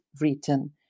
written